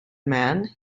man